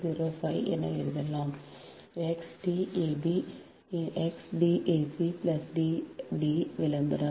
4605 என எழுதலாம் × D ab × D ac × D விளம்பரம்